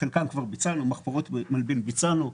את חלקם כבר ביצענו: מחפורות במלבין ביצענו,